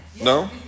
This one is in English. No